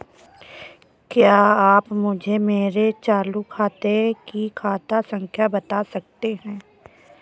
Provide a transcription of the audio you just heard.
क्या आप मुझे मेरे चालू खाते की खाता संख्या बता सकते हैं?